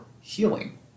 healing